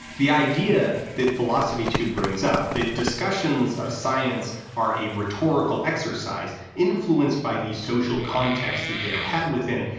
the idea that philosophy tube brings up, that discussions of science are a rhetorical exercise, influenced by the social context that they are had within,